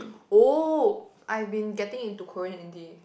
oh I've been getting into Korean indie